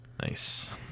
Nice